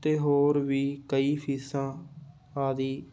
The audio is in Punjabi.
ਅਤੇ ਹੋਰ ਵੀ ਕਈ ਫੀਸਾਂ ਆਦਿ